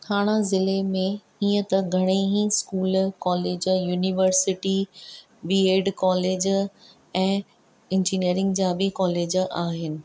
ठाणा ज़िले में ईअं त घणे ई school college university BEd college ऐं इंजीनियरिंग जा बि कॉलेज आहिनि